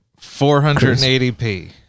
480p